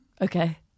Okay